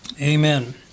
Amen